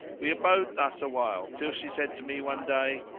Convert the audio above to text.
we abode thus awhile till she said to me one day,